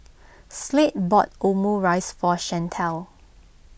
Slade bought Omurice for Shantell